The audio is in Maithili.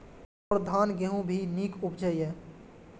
और धान गेहूँ भी निक उपजे ईय?